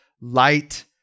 light